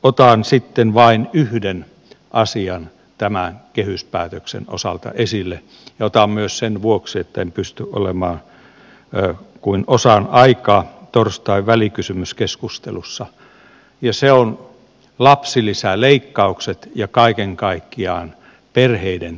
otan sitten vain yhden asian tämän kehyspäätöksen osalta esille myös sen vuoksi etten pysty olemaan läsnä kuin osan aikaa torstain välikysymyskeskustelussa ja se on lapsilisäleikkaukset ja kaiken kaikkiaan perheiden tukeminen